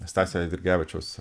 stasio eidrigevičiaus